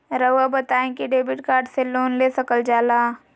रहुआ बताइं कि डेबिट कार्ड से लोन ले सकल जाला?